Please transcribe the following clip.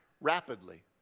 rapidly